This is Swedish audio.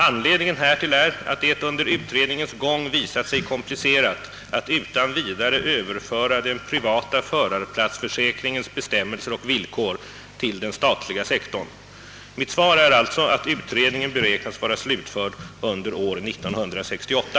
Anledningen härtill är att det under utredningens gång visat sig komplicerat att utan vidare överföra den privata förarplatsförsäkringens bestämmelser och villkor till den statliga sektorn. Mitt svar är alltså att utredningen beräknas vara slutförd under år 1968.